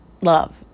love